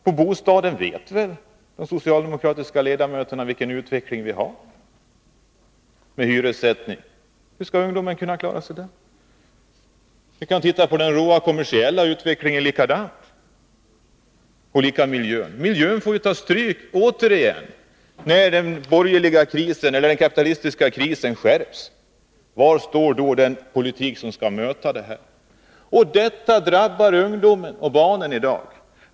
På bostadsområdet vet väl de socialdemokratiska ledamöterna vilken utveckling vi har i fråga om hyressättningen. Hur skall ungdomen kunna klara sig där? Vi kan titta på den råa kommersiella utvecklingen; där är det likadant. Och miljön får återigen ta stryk när den kapitalistiska krisen skärps. Var finns den politik som skall möta den här utvecklingen? Detta drabbar ungdomen och barnen i dag.